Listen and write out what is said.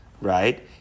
Right